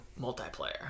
multiplayer